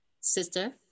sister